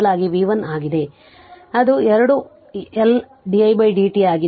ಆದ್ದರಿಂದ ಅದು 2 L di dt ಆಗಿರುತ್ತದೆ